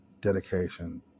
dedication